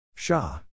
Shah